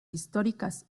históricas